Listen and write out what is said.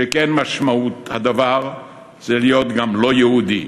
שכן משמעות הדבר הוא להיות לא יהודי,